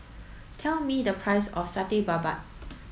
tell me the price of Satay Babat